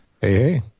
hey